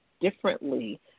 differently